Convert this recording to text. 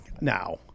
now